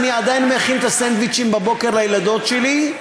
אני עדיין מכין את הסנדוויצ'ים בבוקר לילדות שלי.